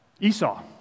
Esau